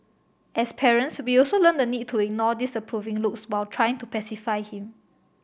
as parents we also learn the need to ignore disapproving looks while trying to pacify him